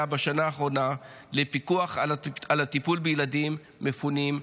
בשנה האחרונה לפיקוח על הטיפול בילדים מפונים,